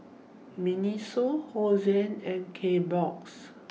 Miniso Hosen and Kbox